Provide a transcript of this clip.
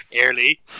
early